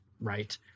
right